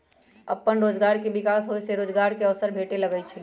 अप्पन रोजगार के विकास होय से रोजगार के अवसर भेटे लगैइ छै